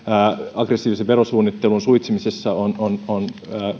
aggressiivisen verosuunnittelun suitsimisessa on on